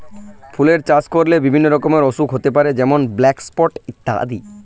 ফুলের চাষ করলে বিভিন্ন রকমের অসুখ হতে পারে যেমন ব্ল্যাক স্পট ইত্যাদি